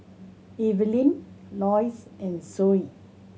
Evelyne Loyce and Zoie